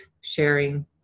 sharing